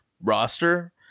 roster